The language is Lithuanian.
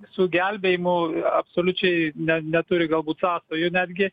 su gelbėjimu absoliučiai ne neturi galbūt sąsajų netgi